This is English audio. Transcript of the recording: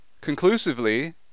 conclusively